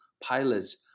pilots